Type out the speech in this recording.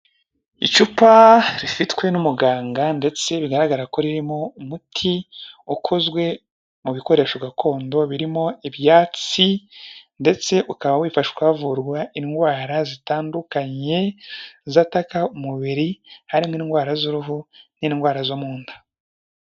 Icupa rifitwe n'umuganga ndetse bigaragara ko ririmo umuti ukozwe mu bikoresho gakondo birimo ibyatsi ndetse ukaba wifashwa havurwa indwara zitandukanye zatakaka umubiri harimo indwara z'uruhu n'indwara zo mu nda.